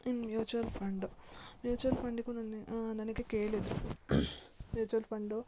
ಇನ್ನು mutual fund mutual ಫಂಡಿಗು ನಾನು ನನಗೆ ಕೇಳಿದ್ರು ಮ್ಯೂಚ್ವಲ್ ಫಂಡು